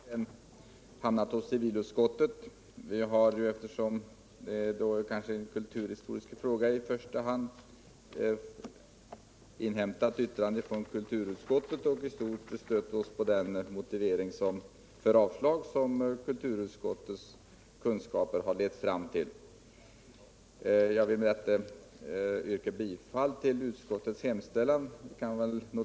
Herr talman! Av någon anledning har motionen om ändring av namnet Kopparbergs län till Dalarnas län hamnat hos civilutskottet. Eftersom detta kanske i första hand är en kulturhistorisk fråga har vi inhämtat yttrande från kulturutskottet och i stort stött oss på den motivering för avstyrkande som kulturutskottets kunskaper har lett fram till. Jag vill med detta yrka bifall till utskottets hemställan.